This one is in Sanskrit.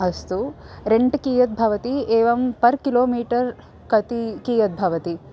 अस्तु रेण्ट् कियद्भवति एवं पर् किलो मीटर् कति कियत् भवति